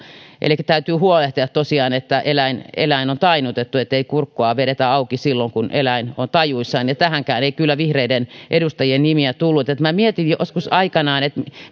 elikkä täytyy huolehtia tosiaan että eläin eläin on tainnutettu ettei kurkkua vedetä auki silloin kun eläin on tajuissaan tähänkään ei kyllä vihreiden edustajien nimiä tullut minä mietin joskus aikanaan